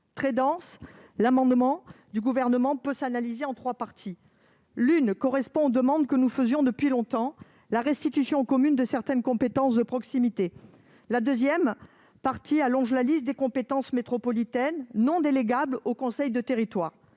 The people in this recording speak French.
Très dense, l'amendement du Gouvernement peut s'analyser en trois parties. La première partie correspond à une demande que nous faisions depuis longtemps, à savoir la restitution aux communes de certaines compétences de proximité. La deuxième partie allonge la liste des compétences métropolitaines non délégables aux conseils de territoire.